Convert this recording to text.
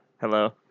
hello